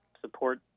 support